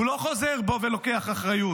הוא לא חוזר בו ולוקח אחריות.